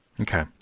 Okay